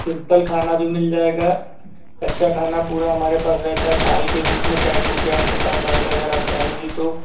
simple खाना भी मिल जाएगा कच्चा खाना पूरा हमारे पास रहता है थाल के रूप मे पैक हो के आपके पास आएगा अगर आप चाहेंगी तो